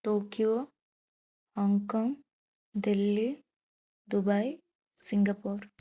Tokyo Hong Kong Delhi Dubai Singapore